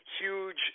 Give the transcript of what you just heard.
huge